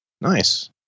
Nice